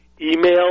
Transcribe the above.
email